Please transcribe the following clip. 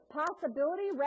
possibility